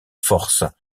force